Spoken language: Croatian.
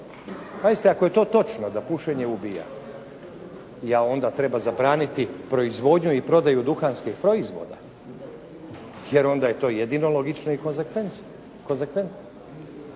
ako je to točno da pušenje ubija, onda treba zabraniti proizvodnju i prodaju duhanskih proizvoda jer onda je to jedino logično i konzekventno.